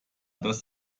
das